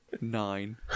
nine